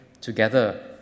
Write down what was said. together